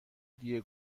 دیه